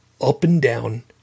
up-and-down